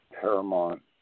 paramount